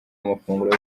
amafunguro